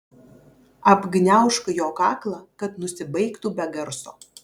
apgniaužk jo kaklą kad nusibaigtų be garso